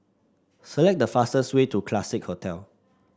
select the fastest way to Classique Hotel